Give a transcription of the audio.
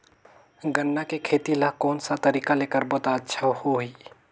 गन्ना के खेती ला कोन सा तरीका ले करबो त अच्छा होही?